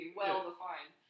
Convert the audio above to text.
well-defined